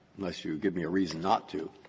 unless you give me a reason not to,